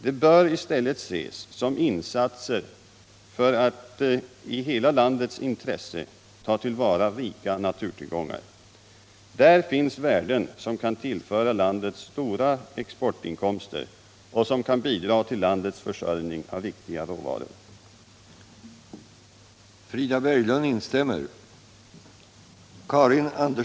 Det bör i stället ses som insatser för att i hela landets intresse ta till vara rika naturtillgångar. Där finns värden som kan tillföra landet stora exportinkomster och som kan bidra till landets försörjning av viktiga råvaror.